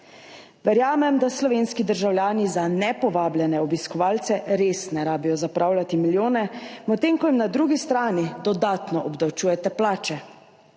Verjamem, da slovenski državljani za nepovabljene obiskovalce res ne rabijo zapravljati milijonov, medtem ko jim na drugi strani dodatno obdavčujete plače.